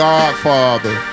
Godfather